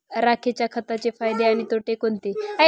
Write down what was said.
राखेच्या खताचे फायदे आणि तोटे कोणते?